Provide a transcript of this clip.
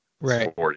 Right